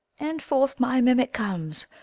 and forth my mimic comes.